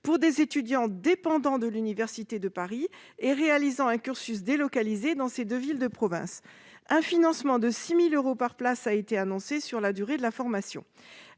-pour des étudiants dépendant de l'université de Paris et réalisant un cursus délocalisé dans ces deux villes de province. Un financement de 6 000 euros par place a été annoncé pour la durée de la formation.